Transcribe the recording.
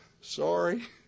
sorry